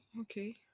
Okay